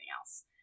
else